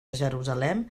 jerusalem